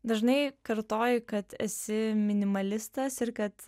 dažnai kartoji kad esi minimalistas ir kad